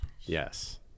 Yes